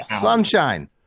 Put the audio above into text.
sunshine